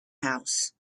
house